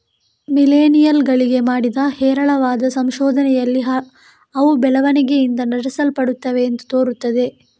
millennial ಗಳಿಗೆ ಮಾಡಿದ ಹೇರಳವಾದ ಸಂಶೋಧನೆಯಲ್ಲಿ ಅವು ಬೆಳವಣಿಗೆಯಿಂದ ನಡೆಸಲ್ಪಡುತ್ತವೆ ಎಂದು ತೋರುತ್ತದೆ